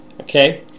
okay